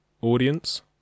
audience